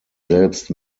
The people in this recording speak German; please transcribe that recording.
selbst